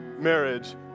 marriage